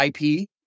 ip